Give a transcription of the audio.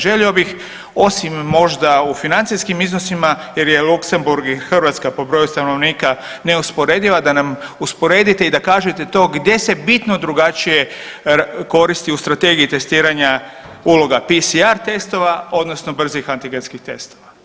Želio bih osim možda u financijskim iznosima jer je Luksemburg i Hrvatska po broju stanovnika neusporediva da nam usporedite i da kažete to gdje se bitno drugačije koristi u strategiji testiranja uloga PCR testova odnosno brzih antigenskih testova.